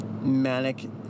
manic